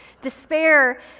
Despair